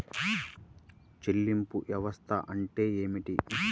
చెల్లింపు వ్యవస్థ అంటే ఏమిటి?